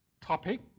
topic